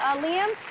liam,